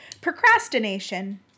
procrastination